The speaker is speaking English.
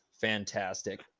fantastic